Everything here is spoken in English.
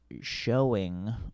...showing